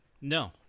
No